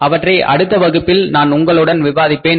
அவற்றை அடுத்த வகுப்பில் நான் உங்களுடன் விவாதிப்பேன்